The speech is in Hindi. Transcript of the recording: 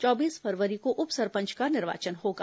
चौबीस फरवरी को उप सरपंच का निर्वाचन होगा